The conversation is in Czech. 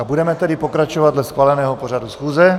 Budeme tedy pokračovat dle schváleného pořadu schůze.